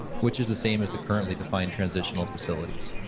which is the same as the currently defined transitional facilities.